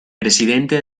presidente